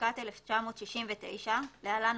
התשכ"ט 1969‏ (להלן,